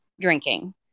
drinking